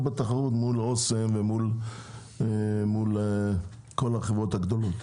בתחרות מול אסם ומול שאר החברות הגדולות.